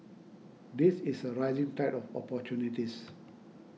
this is a rising tide of opportunities